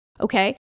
okay